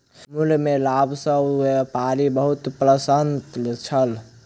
मूल्य में लाभ सॅ व्यापारी बहुत प्रसन्न छल